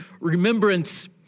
remembrance